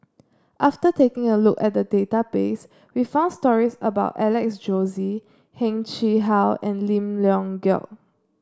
after taking a look at the database we found stories about Alex Josey Heng Chee How and Lim Leong Geok